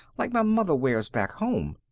like my mother wears back home?